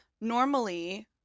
normally